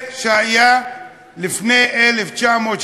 מה שהיה לפני 1965,